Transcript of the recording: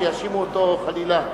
שיאשימו אותו חלילה.